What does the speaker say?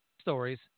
stories